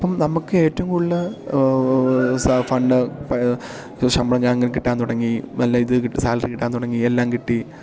അപ്പം നമുക്ക് ഏറ്റവും കൂടുതൽ ഫണ്ട് ശമ്പളം ഞങ്ങൾക്ക് കിട്ടാൻ തുടങ്ങി നല്ലയിത് സാലറി കിട്ടാൻ തുടങ്ങി എല്ലാം കിട്ടി